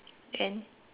and